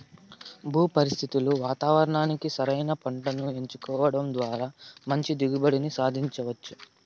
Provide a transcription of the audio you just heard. భూ పరిస్థితులు వాతావరణానికి సరైన పంటను ఎంచుకోవడం ద్వారా మంచి దిగుబడిని సాధించవచ్చు